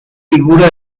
figura